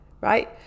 Right